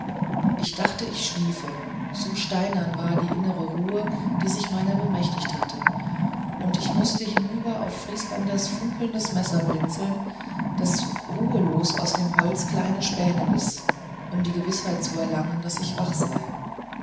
ich dachte ich schliefe so steinern war die innere ruhe die sich meiner bemächtigt hatte und ich mußte hinüber auf vrieslanders funkelndes messer blinzeln das ruhelos aus dem holz kleine späne biß um die gewißheit zu erlangen daß ich wach sei